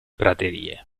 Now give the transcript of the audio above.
praterie